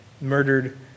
murdered